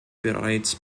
bereits